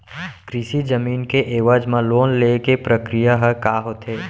कृषि जमीन के एवज म लोन ले के प्रक्रिया ह का होथे?